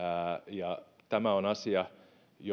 ja tämä on asia